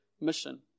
mission